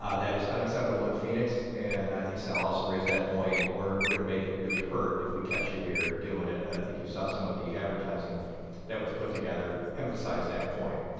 ah that is unacceptable in phoenix, and i think sal also raised that point, we're we're going to make it really hurt if we catch you here doing it, and i thank you saw some of the advertising that was put together emphasized that point.